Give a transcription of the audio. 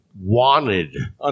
Wanted